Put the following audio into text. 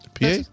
PA